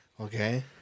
Okay